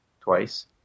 twice